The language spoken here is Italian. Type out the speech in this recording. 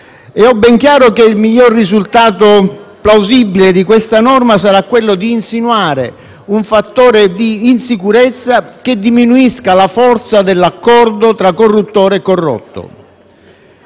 Ho ben chiaro che il miglior risultato plausibile di questa norma sarà quello di insinuare un fattore di insicurezza che diminuisca la forza dell'accordo tra corruttore e corrotto: